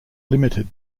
limited